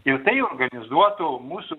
ir tai organizuoto mūsų